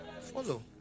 follow